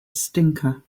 stinker